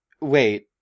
Wait